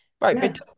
Right